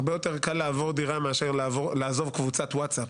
הרבה יותר קל לעבור דירה מאשר לעזוב קבוצת וואטס-אפ.